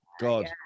God